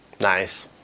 nice